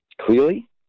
clearly